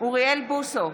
אוריאל בוסו,